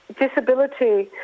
disability